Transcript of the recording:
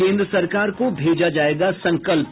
केन्द्र सरकर को भेजा जायेगा संकल्प